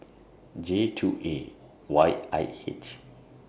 J two A Y I H